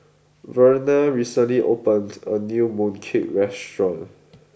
Verna recently opened a new mooncake restaurant